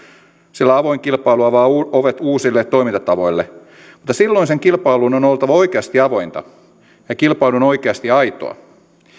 sillä avoin kilpailu avaa ovet uusille toimintatavoille mutta silloin sen kilpailun on oltava oikeasti avointa ja oikeasti aitoa